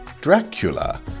Dracula